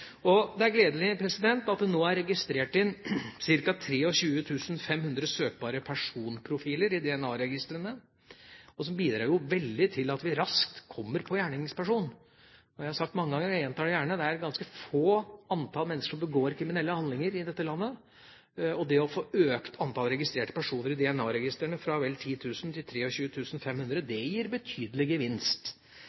Det er gledelig at det nå er registrert inn ca. 23 500 søkbare personprofiler i DNA-registrene, som bidrar veldig til at vi raskt kommer på gjerningspersonen. Jeg har sagt det mange ganger, og jeg gjentar det gjerne: Det er et ganske lite antall mennesker som begår kriminelle handlinger i dette landet, og det å få økt antallet registrerte personer i DNA-registrene fra vel 10 000 til 23 500